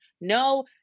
No